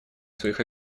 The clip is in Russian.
своих